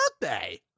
birthday